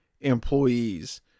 employees